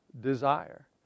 desire